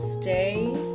stay